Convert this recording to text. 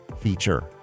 feature